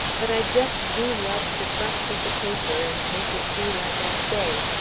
but i just do love to fuss with the paper and make it do like i say.